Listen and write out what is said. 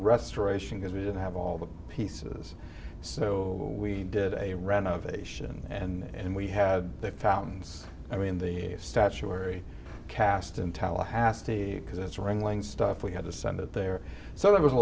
restoration because we didn't have all the pieces so we did a renovation and we had the fountains i mean the statuary cast in tallahassee because it's ringling stuff we had to send it there so that was a